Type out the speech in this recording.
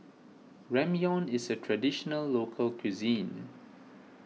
Ramyeon is a Traditional Local Cuisine